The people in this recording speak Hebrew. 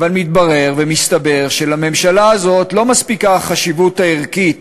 אבל מתברר ומסתבר שלממשלה הזאת לא מספיקה החשיבות הערכית